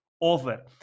over